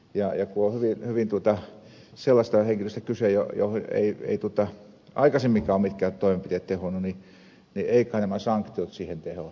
ja kun on hyvin sellaisesta henkilöstä kyse johon eivät mitkään aikaisemmatkaan toimenpiteet ole tehonneet niin eivät kai nämä sanktiot siihen tehoa